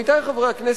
עמיתי חברי הכנסת,